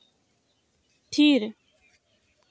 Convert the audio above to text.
ᱛᱷᱤᱨ